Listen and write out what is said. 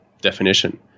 definition